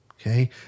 Okay